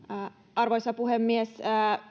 arvoisa puhemies